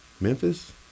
Memphis